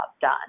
done